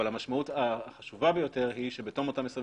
אבל המשמעות החשובה ביותר היא שבתום אותם 21